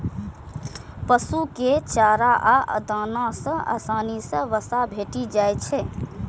पशु कें चारा आ दाना सं आसानी सं वसा भेटि जाइ छै